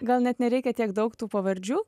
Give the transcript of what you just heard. gal net nereikia tiek daug tų pavardžių